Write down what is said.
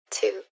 Two